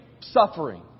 suffering